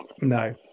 No